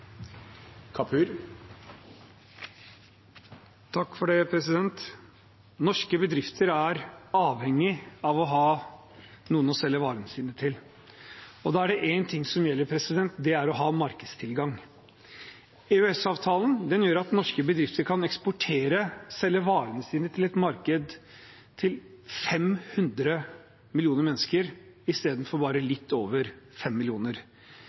av å ha noen å selge varene sine til. Da er det én ting som gjelder, og det er å ha markedstilgang. EØS-avtalen gjør at norske bedrifter kan eksportere, selge varene sine, til et marked, til 500 millioner mennesker i stedet for bare litt over 5 millioner.